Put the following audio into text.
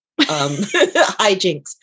hijinks